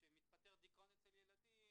וכשמתפתח דיכאון אצל ילדים,